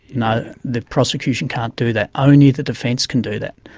no, the prosecution can't do that. only the defence can do that.